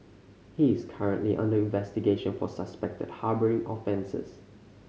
he is currently under investigation for suspected harbouring offences